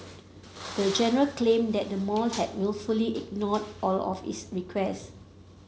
the general claimed that the mall had wilfully ignored all of its requests